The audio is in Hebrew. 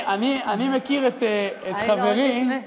אני מכיר את חברי, עוד לפני.